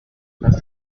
las